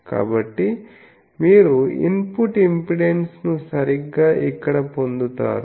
కాబట్టి మీరు ఇన్పుట్ ఇంపెడెన్స్ను సరిగ్గా ఇక్కడ పొందుతారు